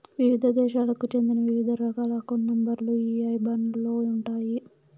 వివిధ దేశాలకు చెందిన వివిధ రకాల అకౌంట్ నెంబర్ లు ఈ ఐబాన్ లో ఉంటాయి